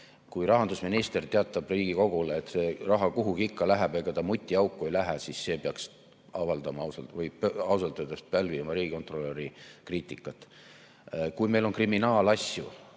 Kui rahandusminister teatab Riigikogule, et see raha kuhugi ikka läheb, ega ta mutiauku ei lähe, siis see peaks ausalt öeldes pälvima riigikontrolöri kriitikat. Kui meil on kriminaalasju,